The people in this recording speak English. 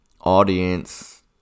audience